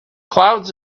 clouds